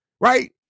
Right